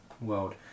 world